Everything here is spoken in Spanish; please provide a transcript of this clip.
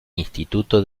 instituto